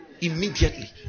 Immediately